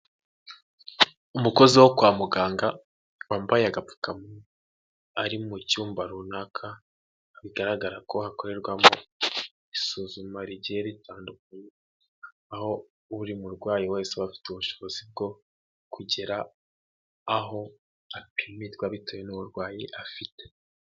Umukozi wo kwa muganga wambaye agapfukamunwa ari mu cyumba runaka bigaragara ko hakorerwamo isuzuma rigiye ritandukanye aho buri murwayi wese afite ubushobozi bwo kugora aho akemirwa bitewe n'uburwayi afite.